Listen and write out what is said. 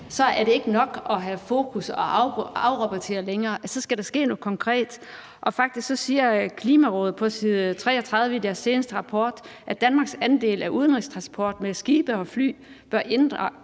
er det ikke længere nok at have fokus og afrapportere; så skal der ske noget konkret. Og faktisk siger Klimarådet på side 33 i deres seneste rapport: »Danmarks andel af udenrigstransport med skibe og fly bør inddrages,